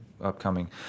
upcoming